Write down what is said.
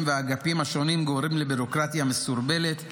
והאגפים השונים גורם לביורוקרטיה מסורבלת,